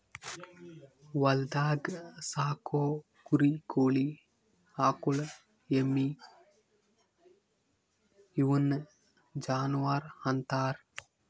ಹೊಲ್ದಾಗ್ ಸಾಕೋ ಕುರಿ ಕೋಳಿ ಆಕುಳ್ ಎಮ್ಮಿ ಇವುನ್ ಜಾನುವರ್ ಅಂತಾರ್